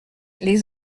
les